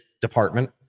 department